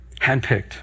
Handpicked